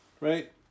right